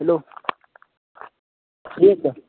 hello का